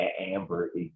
Amber